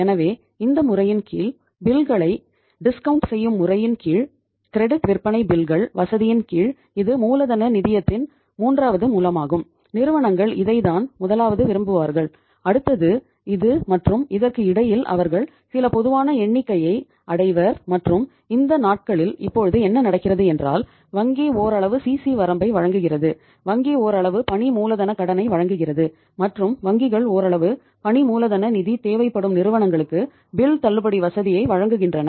எனவே இந்த முறையின் கீழ் பில்களை தள்ளுபடி வசதியை வழங்குகின்றன